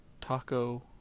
taco